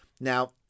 Now